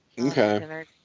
Okay